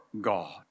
God